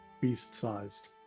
beast-sized